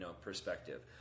perspective